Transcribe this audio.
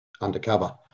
undercover